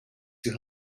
too